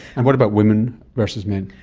and what about women versus men?